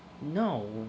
No